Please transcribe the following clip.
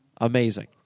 Amazing